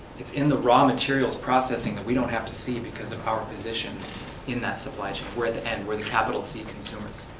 in the raw materials processing that we don't have to see because of our position in that supply chain. we are at the end, we are the capital c consumers.